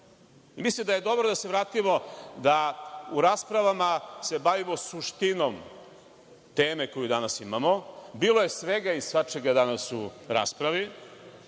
rešenje. Mislim da je dobro da se vratimo da se u raspravama bavimo suštinom teme koju danas imamo. Bilo je svega i svačega danas u raspravi. Ja